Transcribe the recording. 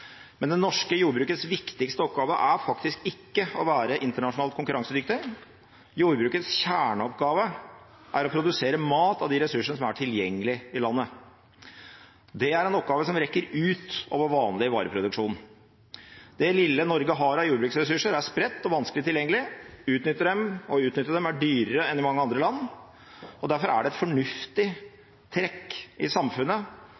Men det norske jordbrukets viktigste oppgave er faktisk ikke å være internasjonalt konkurransedyktig. Jordbrukets kjerneoppgave er å produsere mat av de ressursene som er tilgjengelig i landet. Det er en oppgave som rekker utover vanlig vareproduksjon. Det lille Norge har av jordbruksressurser, er spredt og vanskelig tilgjengelig. Å utnytte dem er dyrere enn i mange andre land, og derfor er det et fornuftig trekk i samfunnet